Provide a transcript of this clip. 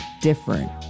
different